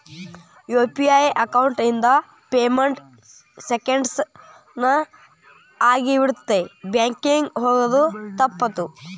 UPI account ಇಂದ payment seconds ನ ಆಗಿಬಿಡತ್ತ ಬ್ಯಾಂಕಿಂಗ್ ಹೋಗೋದ್ ತಪ್ಪುತ್ತ